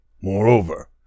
Moreover